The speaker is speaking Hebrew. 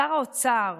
שר האוצר